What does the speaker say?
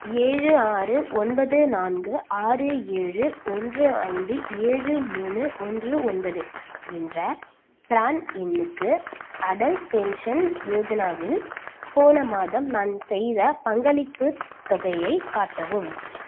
ஏழு ஆறு ஒன்பது நான்கு ஆறு ஏழு ஒன்று ஐந்து ஏழு மூணு ஒன்று ஒன்பது என்ற ப்ரான் எண்ணுக்கு அடல் பென்ஷன் யோஜனாவில் போன மாதம் நான் செய்த பங்களிப்பு தொகையைக் காட்டவும்